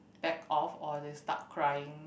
back off or they start crying